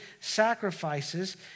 sacrifices